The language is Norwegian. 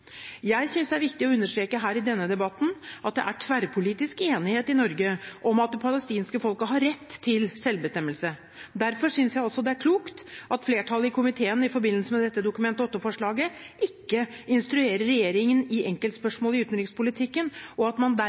understreke her i denne debatten at det er tverrpolitisk enighet i Norge om at det palestinske folket har rett til selvbestemmelse. Derfor synes jeg også det er klokt at flertallet i komiteen i forbindelse med dette Dokument 8-forslaget ikke instruerer regjeringen i enkeltspørsmål i utenrikspolitikken, og at man